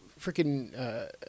freaking